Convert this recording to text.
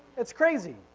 it's crazy.